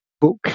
book